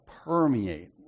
permeate